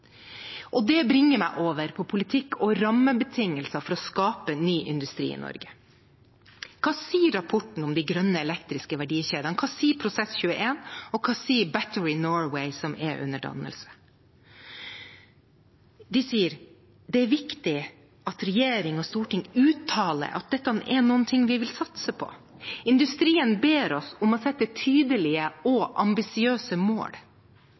Det bringer meg over til politikk og rammebetingelser for å skape ny industri i Norge. Hva sier rapporten «Grønne elektriske verdikjeder», hva sier Prosess 21, og hva sier Battery Norway, som er under dannelse? De sier: Det er viktig at regjering og storting uttaler at dette er noe de vil satse på. Industrien ber oss om å sette tydelige og ambisiøse mål.